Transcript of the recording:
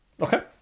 Okay